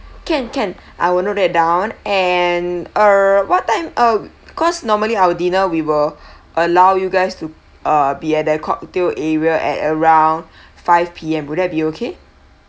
can can I will note down and err what time oh cause normally our dinner we will allow you guys to ah be at the cocktail area at around five P_M would that be okay